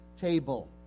table